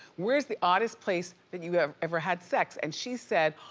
where's the oddest place that you have ever had sex? and she said,